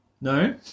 No